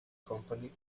company